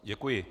Děkuji.